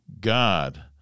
God